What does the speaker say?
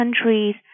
countries